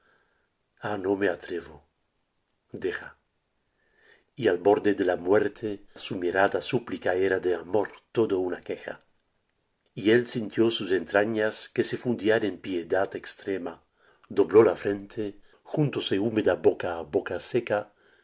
ah no me atrevo deja y al borde de la muerte su mirada súplica era de amor toda una queja y él sintió sus entrañas que se fundían en piedad extrema dobló la frente juntóse húmeda boca á boca seca